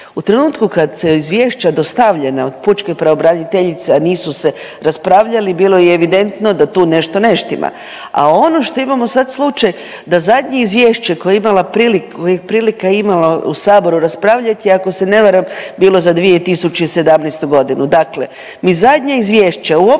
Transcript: U trenutku kad su izvješća dostavljena od pučke pravobraniteljice, a nisu se raspravljali, bilo je evidentno da tu nešto ne štima, a ono što imamo sad slučaj da zadnje izvješće koje je imala prilika je imala u Saboru raspravljati je ako se ne varam, bilo za 2017. g. Dakle, mi zadnje izvješće uopće